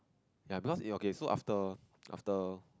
ya because it was okay so after after